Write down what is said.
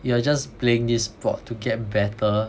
you are just playing this sport to get better